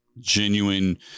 genuine